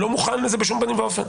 אני לא מוכן לזה בשום פנים ואופן.